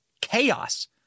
chaos